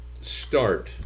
Start